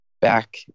Back